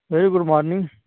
very good morning